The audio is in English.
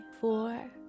four